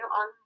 on